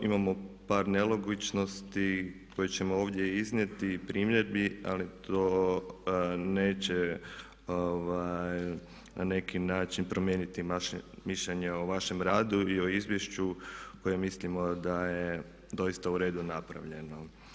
Imamo par nelogičnosti koje ćemo ovdje iznijeti i primjedbi ali to neće na neki način promijeniti mišljenje o vašem radu i o izvješću koje mislimo da je doista u redu napravljeno.